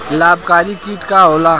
लाभकारी कीट का होला?